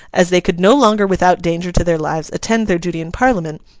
as they could no longer without danger to their lives attend their duty in parliament,